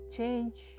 Change